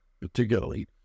particularly